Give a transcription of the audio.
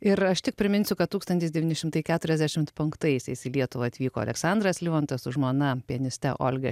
ir aš tik priminsiu kad tūkstantis devyni šimtai keturiasdešimt penktaisiais į lietuvą atvyko aleksandras livontas su žmona pianiste olga